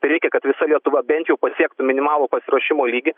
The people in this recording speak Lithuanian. tai reikia kad visa lietuva bent jau pasiektų minimalų pasiruošimo lygį